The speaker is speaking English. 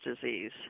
disease